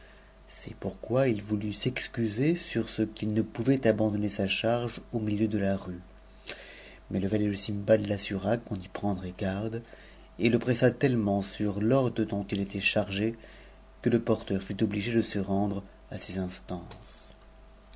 c'est pourquoi il voulut s'excuser sur ce qu'il ne pouvait abandonner sa charge au milieu de la me mais le valet de sindbad l'assura qu'on y prendrait garde et le pressa tellement sur l'ordre dont il était chargé que le porteur fut obligé de se rendre à ses instances